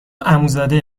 عموزاده